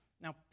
Now